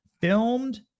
filmed